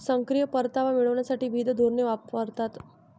सक्रिय परतावा मिळविण्यासाठी विविध धोरणे वापरतात